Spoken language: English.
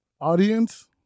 audience